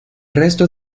resto